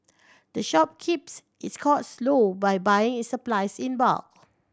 the shop keeps its cost low by buying its supplies in bulk